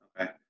Okay